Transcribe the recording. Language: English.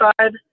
side